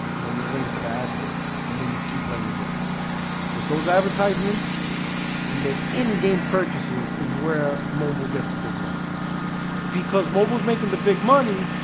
and then you're waiting for the ad to get done and then you keep playing a game it's those advertisements and the in-game purchases is where mobile gets the big money because mobile is making the big money.